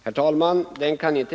Herr talman!